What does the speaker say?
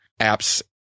apps